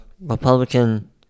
Republican